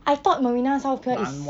I thought marina south pier is